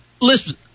Listen